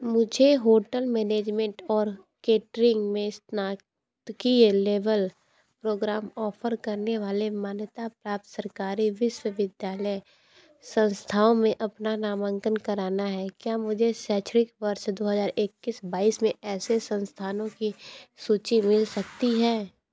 मुझे hotel management और catering में स्नातकीय लेवल प्रोग्राम ऑफ़र करने वाले मान्यता प्राप्त सरकारी विश्वविद्यालय संस्थाओं में अपना नामांकन कराना है क्या मुझे शैक्षणिक वर्ष दो हजार इक्कीस बाईस में ऐसे संस्थानों की सूची मिल सकती है